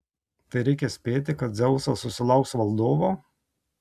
tai reikia spėti kad dzeusas susilauks valdovo